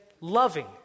loving